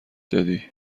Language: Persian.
دادی